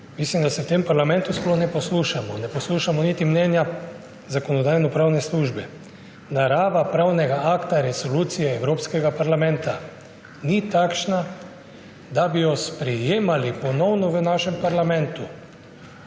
Mislim, da se v tem parlamentu sploh ne poslušamo, ne poslušamo niti mnenja Zakonodajno-pravne službe. Narava pravnega akta resolucije Evropskega parlamenta ni takšna, da bi jo ponovno sprejemali v našem parlamentu.